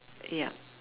ya